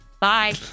Bye